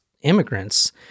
immigrants